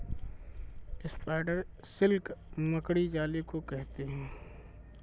spider silk मकड़ी जाले को कहते हैं